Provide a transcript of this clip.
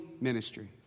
ministry